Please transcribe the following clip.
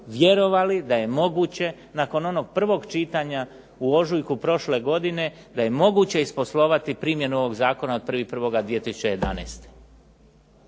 vjerovali da je mogu će nakon onog prvog čitanja u ožujku prošle godine da je moguće isposlovati primjenu ovog zakona od 1. 1. 2011.,